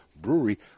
Brewery